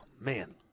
Man